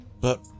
But-